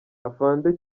afande